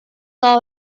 all